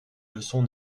leçons